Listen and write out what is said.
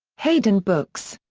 hayden books.